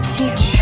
teach